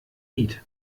lied